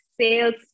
sales